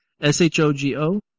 S-H-O-G-O